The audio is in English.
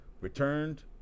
returned